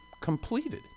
completed